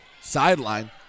sideline